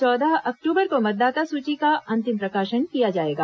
चौदह अक्टूबर को मतदाता सूची का अंतिम प्रकाशन किया जाएगा